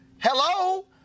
hello